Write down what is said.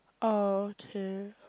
orh okay